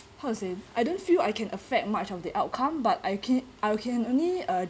how to say I don't feel I can affect much of the outcome but I ca~ I can only uh